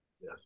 Yes